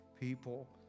people